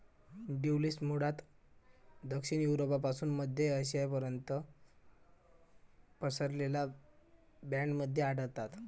tulips मूळतः दक्षिण युरोपपासून मध्य आशियापर्यंत पसरलेल्या बँडमध्ये आढळतात